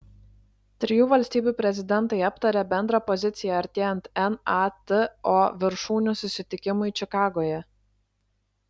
trijų valstybių prezidentai aptarė bendrą poziciją artėjant nato viršūnių susitikimui čikagoje